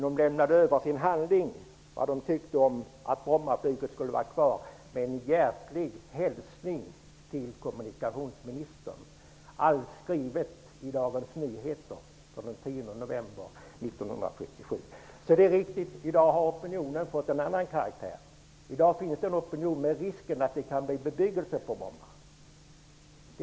De lämnade då över en handling om vad de tyckte om att Brommaflyget skulle vara kvar, försedd med en hjärtlig hälsning till kommunikationsministern. Det skrevs då om allt detta i Dagens Nyheter. Det är riktigt att opinionen i dag har fått en annan karaktär. Det finns i dag en opinion mot risken för att det kan bli en bebyggelse på Bromma flygfält.